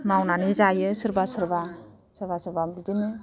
मावनानै जायो सोरबा सोरबा सोरबा सोरबा बिदिनो